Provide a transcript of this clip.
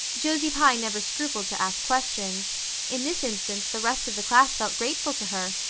josie pye never scrupled to ask questions in this instance the rest of the class felt grateful to her